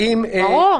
ברור.